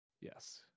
Yes